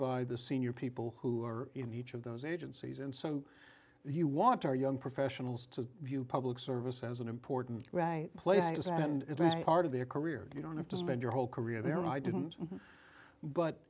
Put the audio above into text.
by the senior people who are in each of those agencies and so you want our young professionals to view public service as an important right places and events part of their career you don't have to spend your whole career there and i didn't but